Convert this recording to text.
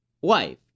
wife